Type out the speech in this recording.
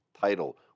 title